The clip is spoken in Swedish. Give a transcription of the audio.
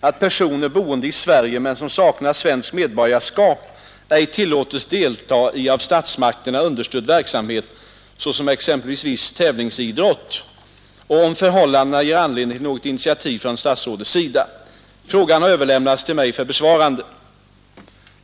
att personer som bor i Sverige men som saknar svenskt medborgarskap ej tillåtes delta i av statsmakterna understödd verksamhet, såsom exempelvis viss tävlingsidrott, och om förhållandena ger anledning till något initiativ från statsrådets sida. Frågan har överlämntas till mig för besvarande.